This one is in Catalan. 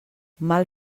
mal